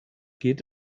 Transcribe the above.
geht